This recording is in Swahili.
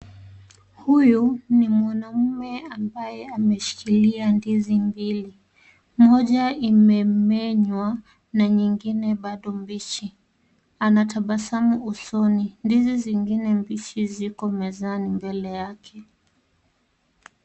Huyu ni mwanaume ambaye ameshikilia ndizi mbili, moja imemenywa na nyingine bado mbichi anatabasamu usoni ndizi zingine mbichi ziko mezani mbele yake.